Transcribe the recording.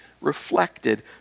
reflected